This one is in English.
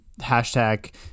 hashtag